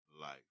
life